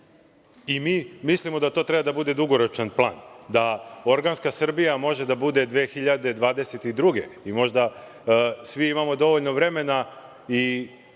Mislimo da to treba da bude dugoročan plan, da organska Srbija može da bude 2022. godine i možda svi imamo dovoljno vremena,